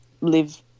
live